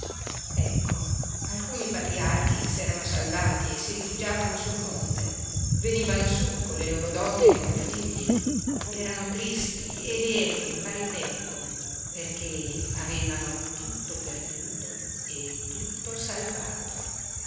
ecco alcuni patriarchi s'erano salvati e si rifugiavano sul monte venivano su con le loro donne e i loro figli ed erano tristi e lieti in pari tempo perché avevano tutto perduto e tutto salvato